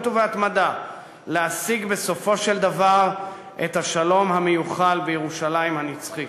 ובהתמדה להשיג בסופו של דבר את השלום המיוחל בירושלים הנצחית.